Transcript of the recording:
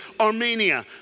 Armenia